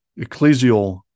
ecclesial